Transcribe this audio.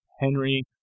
Henry